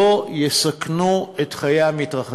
לא יסכנו את חיי המתרחצים.